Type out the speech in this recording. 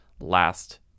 last